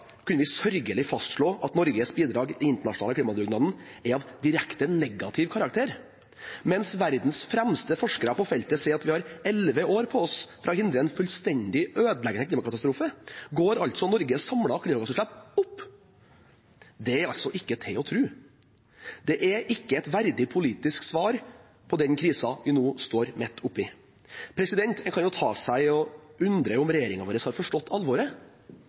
kunne vi sørgelig fastslå at Norges bidrag i den internasjonale klimadugnaden er av direkte negativ karakter. Mens verdens fremste forskere på feltet sier at vi har elleve år på oss til å hindre en fullstendig ødeleggende klimakatastrofe, går altså Norges samlede klimagassutslipp opp. Det er ikke til å tro. Det er ikke et verdig politisk svar på den krisen vi nå står midt oppe i. En kan jo ta seg i å undres over om regjeringen vår har forstått alvoret.